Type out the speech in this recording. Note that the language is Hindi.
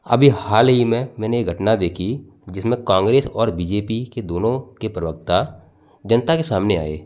अभी हाल ही में मैंने एक घटना देखी जिसमें कांग्रेस और बीजेपी के दोनों के प्रवक्ता जनता के सामने आए